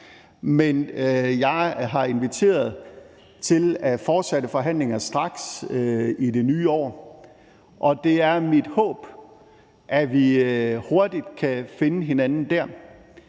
men jeg har inviteret til fortsatte forhandlinger straks i det nye år, og det er mit håb, at vi hurtigt kan finde hinanden der,